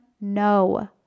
No